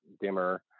dimmer